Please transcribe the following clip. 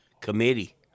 committee